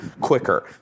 quicker